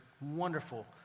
wonderful